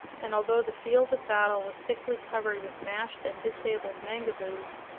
and although the field of battle was thickly covered with mashed and disabled mangaboos,